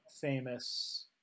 famous